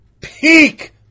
Peak